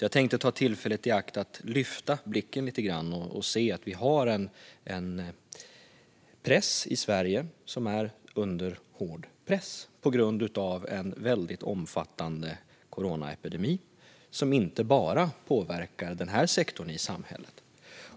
Jag tänkte ta tillfället i akt att lyfta blicken lite grann och se att vi i Sverige har en press som är under hård press på grund av en väldigt omfattande coronaepidemi som inte bara påverkar den här sektorn i samhället.